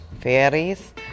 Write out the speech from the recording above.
fairies